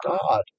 God